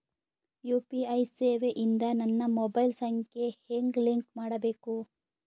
UPI ಸೇವೆ ಇಂದ ನನ್ನ ಮೊಬೈಲ್ ಸಂಖ್ಯೆ ಹೆಂಗ್ ಲಿಂಕ್ ಮಾಡಬೇಕು?